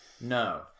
No